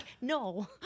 no